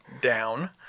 down